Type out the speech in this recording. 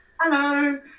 Hello